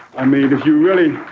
i mean if you really